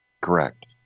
Correct